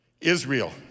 Israel